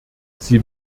sie